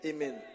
Amen